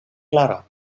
clara